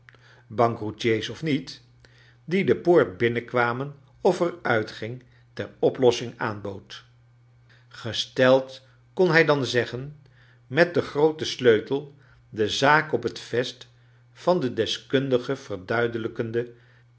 bankroetier of niet die de poort binnenkwam of er uitging ter oplossing aanbood gesteld kon hij dan zeggen met den grooten sleutel de zaak op het vest van den deskundige verduidelijkende